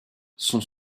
sont